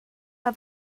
mae